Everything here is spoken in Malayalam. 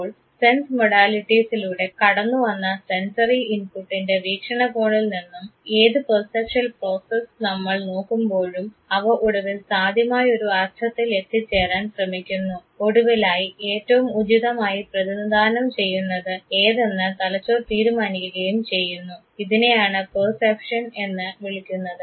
അപ്പോൾ സെൻസ് മോഡാലിറ്റീസിലൂടെ കടന്നുവന്ന സെൻസറി ഇൻപുട്ടിൻറെ വീക്ഷണ കോണിൽ നിന്നും ഏത് പേർസെപ്ച്വൽ പ്രോസസ് നമ്മൾ നോക്കുമ്പോഴും അവ ഒടുവിൽ സാധ്യമായൊരു അർത്ഥത്തിൽ എത്തിചേരാൻ ശ്രമിക്കുന്നു ഒടുവിലായി ഏറ്റവും ഉചിതമായി പ്രതിനിധാനം ചെയ്യുന്നത് ഏതെന്ന് തലച്ചോർ തീരുമാനിക്കുകയും ചെയ്യുന്നു ഇതിനെയാണ് പെർസെപ്ഷൻ എന്ന് വിളിക്കുന്നത്